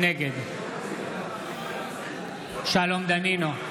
נגד שלום דנינו,